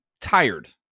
tired